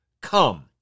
Come